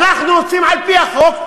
אנחנו עושים על-פי החוק,